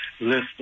list